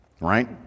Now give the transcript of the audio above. right